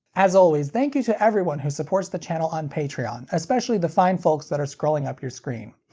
as always, thank you to everyone who supports the channel on patreon, especially the fine folks that are scrolling up your screen.